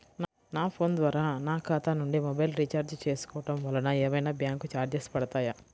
నా ఫోన్ ద్వారా నా ఖాతా నుండి మొబైల్ రీఛార్జ్ చేసుకోవటం వలన ఏమైనా బ్యాంకు చార్జెస్ పడతాయా?